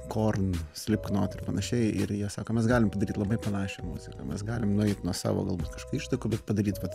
korn slipknot ir panašiai ir jie sako mes galim padaryt labai panašią muziką mes galim nueit nuo savo galbūt ištakų padaryt vat